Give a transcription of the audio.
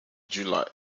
july